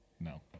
No